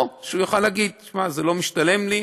או שהוא יוכל להגיד: זה לא משתלם לי,